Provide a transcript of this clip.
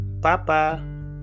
Papa